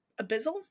Abyssal